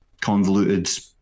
convoluted